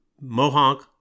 Mohonk